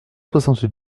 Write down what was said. soixante